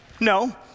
No